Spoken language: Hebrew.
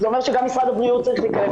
זה אומר שגם משרד הבריאות צריך להכנס